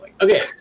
Okay